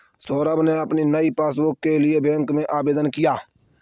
सौरभ ने अपनी नई पासबुक के लिए बैंक में आवेदन किया